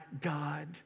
God